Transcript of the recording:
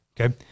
Okay